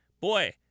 Boy